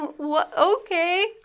Okay